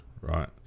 right